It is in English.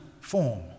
form